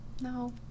No